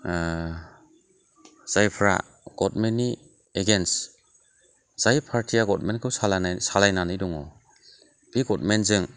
जायफ्रा गभर्नमेन्टनि एगेनस्ट जाय पार्टीया गभर्नमेन्टखौ सालायनानै दङ बे गभर्नमेन्टजों